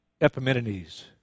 Epimenides